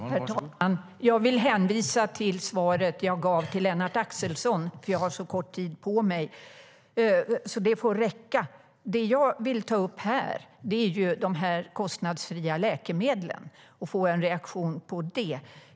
Herr talman! Jag vill hänvisa till svaret jag gav till Lennart Axelsson, för jag har så kort tid på mig. Det får räcka. Det jag vill ta upp är de kostnadsfria läkemedlen. Jag skulle vilja få en reaktion på det.